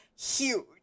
huge